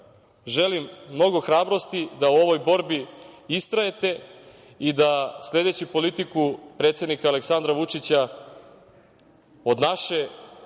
želim mnogo hrabrosti da u ovoj borbi istrajete i da sledeći politiku predsednika Aleksandra Vučića, od naše